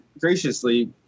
graciously